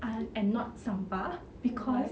uh and not sampah cause